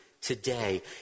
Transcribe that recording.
today